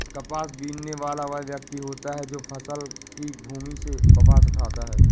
कपास बीनने वाला वह व्यक्ति होता है जो फसल की भूमि से कपास उठाता है